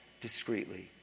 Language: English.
discreetly